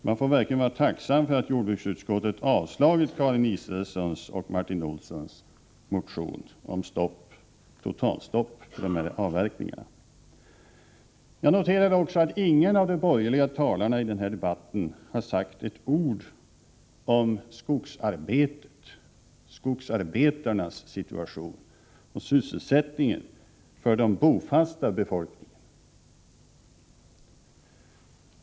Man får verkligen vara tacksam för att jordbruksutskottet avstyrkt Karin Israelssons och Martin Olssons motion om totalstopp för dessa avverkningar. Jag noterar också att ingen av de borgerliga talarna i denna debatt har sagt ett enda ord om skogsarbetarnas situation och sysselsättningen för den bofasta befolkningen.